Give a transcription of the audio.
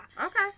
Okay